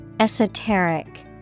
esoteric